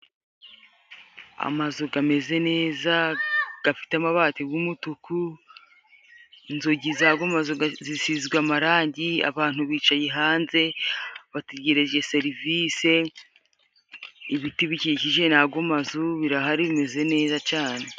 Amazu gameze neza gafite amabati g'umutuku, inzugi z'ago mazu zisizwe amarangi, abantu bicaye hanze bategereje serivise, ibiti bikikije nago mazu birahari bimeze neza cane.